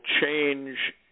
change